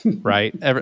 right